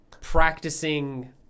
practicing